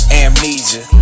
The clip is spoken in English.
amnesia